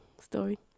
story